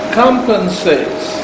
compensates